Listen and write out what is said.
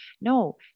No